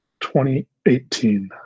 2018